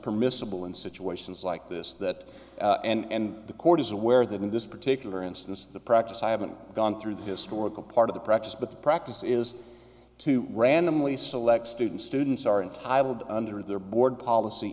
permissible in situations like this that and the court is aware that in this particular instance the practice i haven't gone through the historical part of the practice but the practice is to randomly select students students are entitled under their board policy